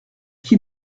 qu’il